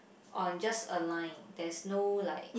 on just a line there's no like